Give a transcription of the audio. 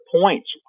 points